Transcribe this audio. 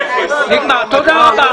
תודה רבה.